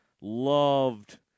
loved